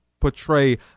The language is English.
portray